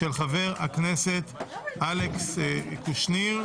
של חבר הכנסת אלכס קושניר.